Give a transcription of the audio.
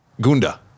Gunda